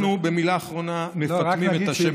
אנחנו, במילה אחרונה, מפטמים את השמן.